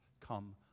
Come